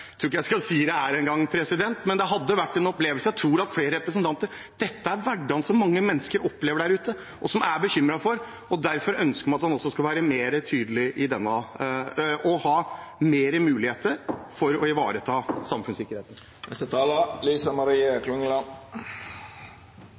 tror ikke jeg skal si det her engang, president – men det hadde vært en opplevelse for flere representanter. Dette er hverdagen som mange mennesker opplever der ute og er bekymret for, og derfor ønsker man at man skal være mer tydelig og ha mer mulighet for å ivareta samfunnssikkerheten.